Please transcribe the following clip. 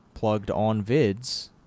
PluggedOnVids